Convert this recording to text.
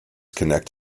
connect